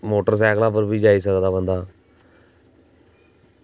motorcycle पर बी जाई सकदा बंदा